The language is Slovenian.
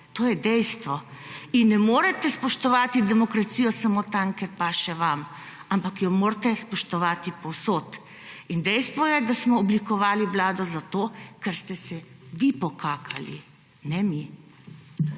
To je dejstvo. In ne morete spoštovati demokracijo samo tam, kjer paše vam, ampak jo morate spoštovati povsod. In dejstvo je, da smo oblikovali vlado zato, ker ste se vi pokakali, ne mi.